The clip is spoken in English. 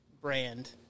brand